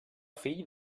fill